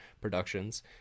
productions